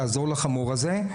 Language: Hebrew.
תעזור לחמור הזה.